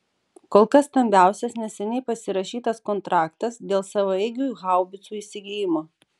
kol kas stambiausias neseniai pasirašytas kontraktas dėl savaeigių haubicų įsigijimo